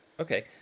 okay